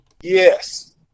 yes